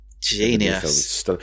Genius